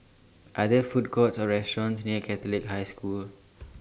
Are There Food Courts Or restaurants near Catholic High School